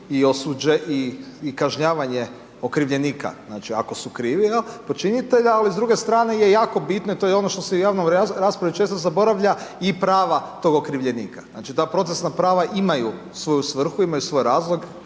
progon i kažnjavanje okrivljenika, znači, ako su okrivio počinitelja, ali s druge strane je jako bitno, to je ono što se i u javnoj raspravi često zaboravlja, i prava toga okrivljenika. Znači, ta procesna prava imaju svoju svrhu, imaju svoj razlog,